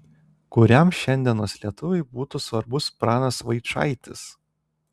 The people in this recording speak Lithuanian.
kuriam šiandienos lietuviui būtų svarbus pranas vaičaitis